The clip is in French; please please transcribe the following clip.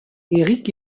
éric